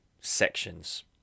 sections